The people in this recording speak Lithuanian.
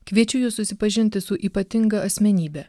kviečiu jus susipažinti su ypatinga asmenybe